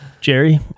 Jerry